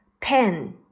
pen